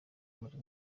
buri